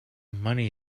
money